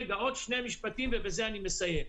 עוד שני משפטים ובכך אני מסיים.